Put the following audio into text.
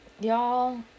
y'all